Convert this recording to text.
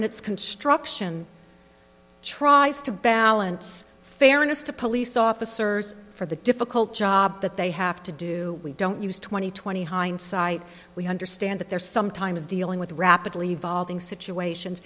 in its construction tries to balance fairness to police officers for the difficult job that they have to do we don't use twenty twenty hindsight we understand that they're sometimes dealing with rapidly evolving situations